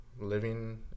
living